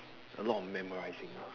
a lot of memorising ah